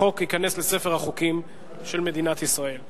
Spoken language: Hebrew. החוק ייכנס לספר החוקים של מדינת ישראל.